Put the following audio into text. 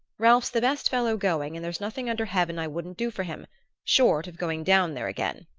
ralph's the best fellow going and there's nothing under heaven i wouldn't do for him short of going down there again.